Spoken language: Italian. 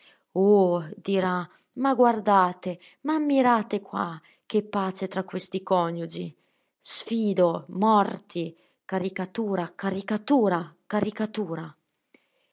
oh dirà ma guardate ma ammirate qua che pace tra questi coniugi sfido morti caricatura caricatura caricatura